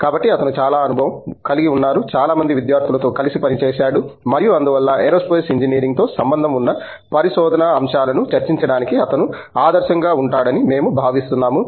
కాబట్టి అతను చాలా అనుభవం కలిగి ఉన్నారు చాలా మంది విద్యార్థులతో కలిసి పనిచేశాడు మరియు అందువల్ల ఏరోస్పేస్ ఇంజనీరింగ్తో సంబంధం ఉన్న పరిశోధనా అంశాలను చర్చించడానికి అతను ఆదర్శంగా ఉంటాడని మేము భావిస్తున్నాము